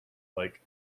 like